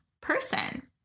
person